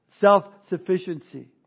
Self-sufficiency